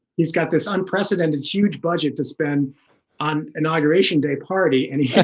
he's got this unprecedented huge budget to spend on inauguration day party and yeah